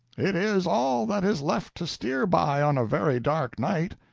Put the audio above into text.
it is all that is left to steer by on a very dark night.